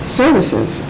services